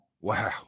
Wow